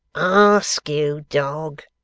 ask, you dog